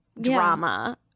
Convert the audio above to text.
drama